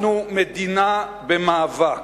אנחנו מדינה במאבק,